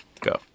Go